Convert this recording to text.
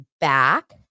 back